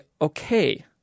Okay